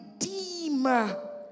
Redeemer